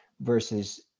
versus